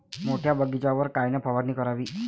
मोठ्या बगीचावर कायन फवारनी करावी?